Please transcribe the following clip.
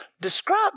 Describe